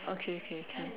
okay okay okay